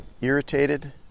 irritated